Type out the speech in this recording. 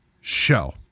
show